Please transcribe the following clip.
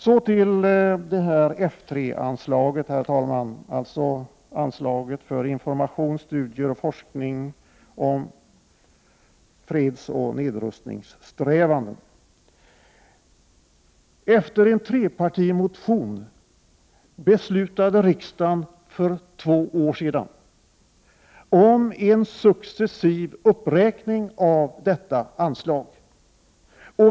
Så till F 3-anslaget, alltså anslaget för information, studier och forskning om fredsoch nedrustningssträvanden. Efter en trepartimotion beslutade riksdagen för två år sedan om en successiv uppräkning av detta anslag.